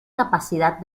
capacidad